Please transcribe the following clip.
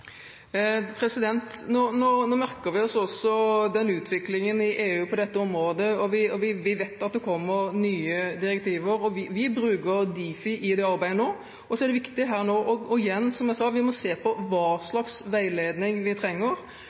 Nå merker vi oss også utviklingen i EU på dette området, og vi vet at det kommer nye direktiver. Vi bruker Difi i det arbeidet nå. Så er det viktig – igjen, som jeg sa – å se på hva slags veiledning vi trenger,